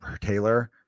Taylor